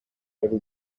heavy